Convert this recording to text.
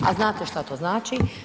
A znate šta to znači?